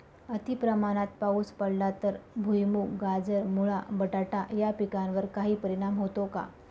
अतिप्रमाणात पाऊस पडला तर भुईमूग, गाजर, मुळा, बटाटा या पिकांवर काही परिणाम होतो का?